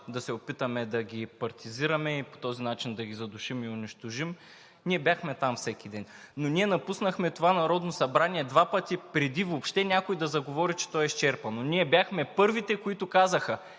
да се опитаме да ги партизираме и по този начин да ги задушим и унищожим. Ние бяхме там всеки ден. Но ние напуснахме това Народно събрание два пъти, преди въобще някой да заговори, че то е изчерпано. Ние бяхме първите, които казаха,